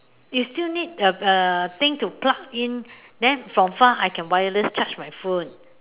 is still need uh uh thing to plug in then from far I can wireless charge my phone